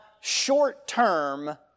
short-term